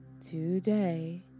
Today